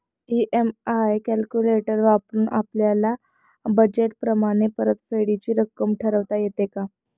EMI calculator वापरून आपापल्या budget प्रमाणे परतफेडीची रक्कम ठरवता येते का?